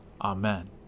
Amen